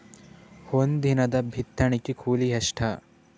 ಒಂದಿನದ ಬಿತ್ತಣಕಿ ಕೂಲಿ ಎಷ್ಟ?